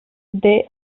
they